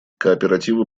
кооперативы